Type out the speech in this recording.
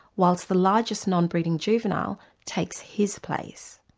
whilst the largest non-breeding juvenile takes his place.